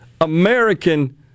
American